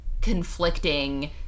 conflicting